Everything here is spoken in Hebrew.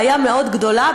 בעיה מאוד גדולה,